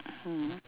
mm